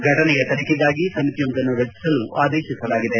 ಫಟನೆಯ ತನಿಖೆಗಾಗಿ ಸಮಿತಿಯೊಂದನ್ನು ರಚಿಸಲು ಆದೇಶಿಸಲಾಗಿದೆ